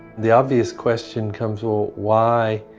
the obvious question comes ah why